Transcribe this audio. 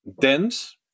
dense